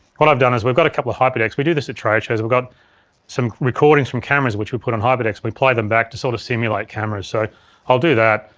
what i've done is we've got a couple of hyperdecks, we do this at trade shows. we've got some recordings from cameras which we put on hyperdecks and we play them back to sort of simulate cameras, so i'll do that.